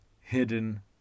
hidden